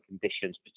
conditions